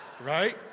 Right